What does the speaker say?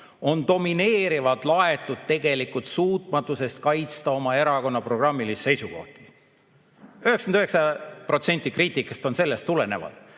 on domineerivalt laetud tegelikult suutmatusest kaitsta oma erakonna programmilisi seisukohti, 99% kriitikast on sellest tulenev.